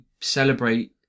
celebrate